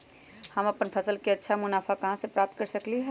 हम अपन फसल से अच्छा मुनाफा कहाँ से प्राप्त कर सकलियै ह?